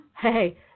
Hey